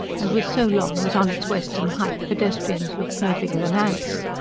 and was so long that on its western height pedestrians looked no bigger than ants.